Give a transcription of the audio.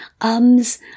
ums